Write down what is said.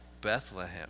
Bethlehem